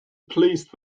pleased